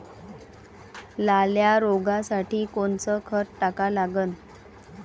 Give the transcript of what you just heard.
लाल्या रोगासाठी कोनचं खत टाका लागन?